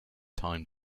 time